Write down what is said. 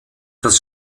das